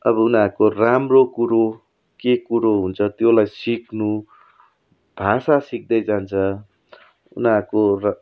अब उनीहरूको राम्रो कुरो के कुरो हुन्छ त्यसलाई सिक्नु भाषा सिक्दै जान्छ उनीहरूको र